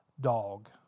dog